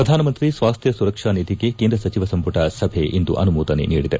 ಪ್ರಧಾನಮಂತ್ರಿ ಸ್ವಾಸ್ಥ್ಯ ಸುರಕ್ಷ ನಿಧಿಗೆ ಕೇಂದ್ರ ಸಚಿವ ಸಂಪುಟ ಸಭೆ ಇಂದು ಅನುಮೋದನೆ ನೀಡಿದೆ